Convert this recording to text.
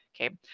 Okay